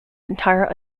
entire